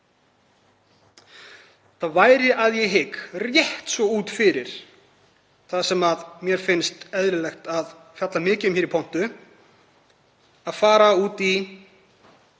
Það væri, að ég hygg, rétt svo út fyrir það sem mér finnst eðlilegt að fjalla mikið um hér í pontu, að fara út í